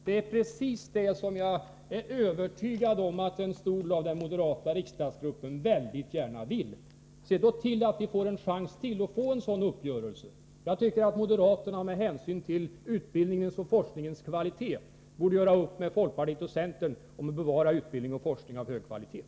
Det är precis detta jag är övertygad om att en stor del av den moderata riksdagsgruppen mycket gärna vill. Se då till att vi får ytterligare en chans till en sådan uppgörelse. Jag tycker att moderaterna, med hänsyn till utbildningens och forskningens kvalitet, borde göra upp med folkpartiet och centern om att bevara utbildning och forskning av hög kvalitet.